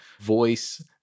voice